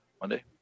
Monday